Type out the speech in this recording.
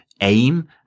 aim